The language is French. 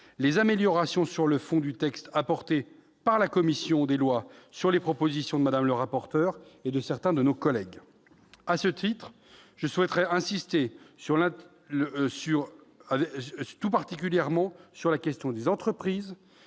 les améliorations sur le fond apportées par la commission des lois sur les propositions de Mme le rapporteur et de certains de nos collègues. À ce titre, je souhaiterais tout particulièrement insister sur la question des entreprises,